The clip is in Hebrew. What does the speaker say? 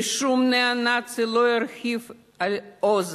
ושום ניאו-נאצי לא ירהיב עוז